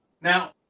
now